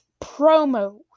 promo